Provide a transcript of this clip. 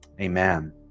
amen